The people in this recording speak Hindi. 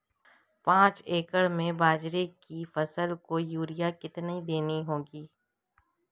पांच एकड़ में बाजरे की फसल को यूरिया कितनी देनी होगी?